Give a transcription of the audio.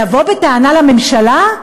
לבוא בטענה לממשלה?